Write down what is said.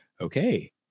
okay